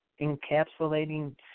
encapsulating